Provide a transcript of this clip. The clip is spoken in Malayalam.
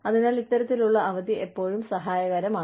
അതിനാൽ ഇത്തരത്തിലുള്ള അവധി എപ്പോഴും സഹായകരമാണ്